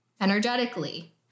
Energetically